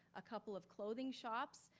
a couple of clothing shops,